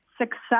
success